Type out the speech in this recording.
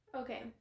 Okay